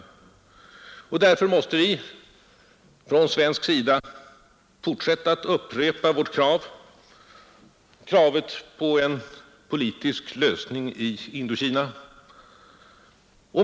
Därför måste vi från svensk sida fortsätta att upprepa vårt krav på en politisk lösning i Indokina.